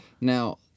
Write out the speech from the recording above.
Now